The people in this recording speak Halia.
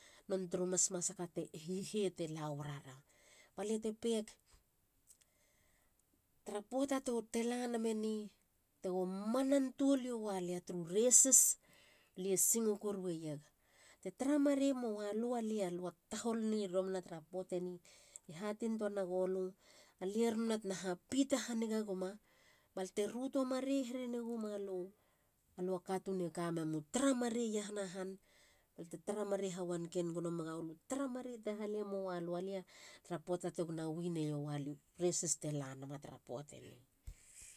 Non tru masmasaka te hihete lawar ara. balia tepeg. tara poata te lanameni. tego manan tuol iowa lia turu resis. lie singo korueieg. te taramarei moalu alia. alua tahol ni romana tara poateni. lie hatein tua nagolu. alia romana tena hapite hanige guma balte ruto marei herenegomalu. alua a katun e kamemu tara marei iahana han. balte halemoi lu alia ta poata te gona win eiowa lia u resis telanama tara poateni